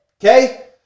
Okay